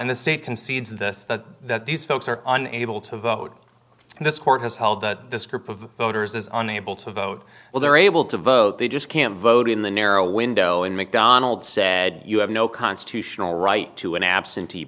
concedes this that these folks are unable to vote and this court has held that this group of voters as unable to vote well they're able to vote they just can't vote in the narrow window and mcdonald said you have no constitutional right to an absentee